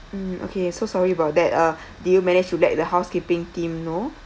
mm okay so sorry about that uh did you manage to let the housekeeping team know